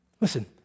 Listen